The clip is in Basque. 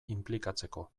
inplikatzeko